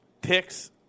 Picks